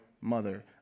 mother